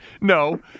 No